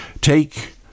Take